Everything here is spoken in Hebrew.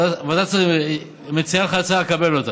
ועדת שרים מציעה לך הצעה, קבל אותה.